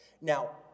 now